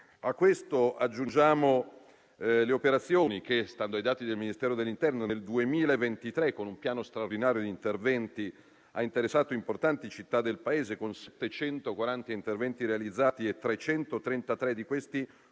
A questo aggiungiamo le operazioni che, secondo i dati del Ministero dell'interno, nel 2023 con un piano straordinario di interventi ha interessato importanti città del Paese, con 740 interventi realizzati, 333 dei quali